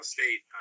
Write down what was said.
State